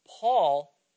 Paul